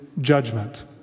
judgment